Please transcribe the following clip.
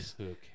Okay